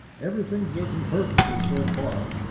everything is working perfectly so far.